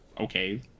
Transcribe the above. okay